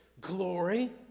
glory